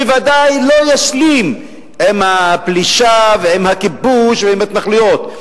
בוודאי לא ישלים עם הפלישה ועם הכיבוש ועם ההתנחלויות.